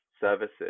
services